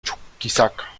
chuquisaca